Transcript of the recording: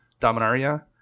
Dominaria